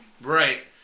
Right